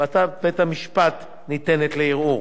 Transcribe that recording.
החלטת בית-המשפט ניתנת לערעור.